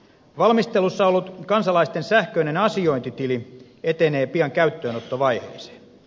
valmistelussa ollut kansalaisten sähköinen asiointitili etenee pian käyttöönottovaiheeseen